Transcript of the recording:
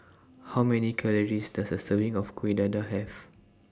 How Many Calories Does A Serving of Kuih Dadar Have